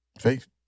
Faith